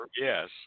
Yes